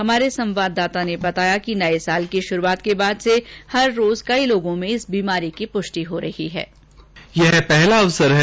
हमारे संवाददाता ने बताया है कि नये साल की शुरूआत के बाद से हर रोज कई लोगों में इस बीमारी की प्रष्टि हो रही है